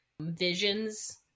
visions